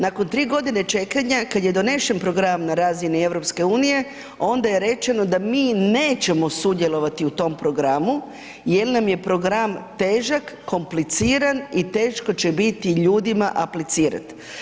Nakon 3 godine čekanja kad je donesen program na razini EU onda je rečeno da mi nećemo sudjelovati u tom programu jer nam je program težak, kompliciran i teško će biti ljudima aplicirat.